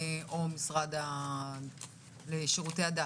או המשרד לשירותי הדת.